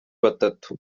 batatu